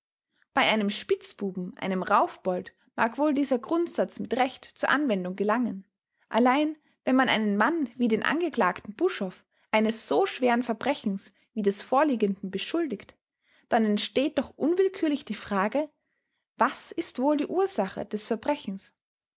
bei einem spitzbuben einem raufbold mag wohl dieser grundsatz mit recht zur anwendung gelangen allein wenn man einen mann wie den angeklagten buschhoff eines so schweren verbrechens wie des vorliegenden beschuldigt dann entsteht doch unwillkürlich die frage was ist wohl die ursache des verbrechens